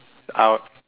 out